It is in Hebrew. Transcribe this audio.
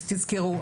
תזכרו.